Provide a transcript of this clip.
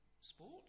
Sport